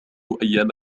أيام